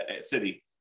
city